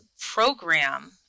program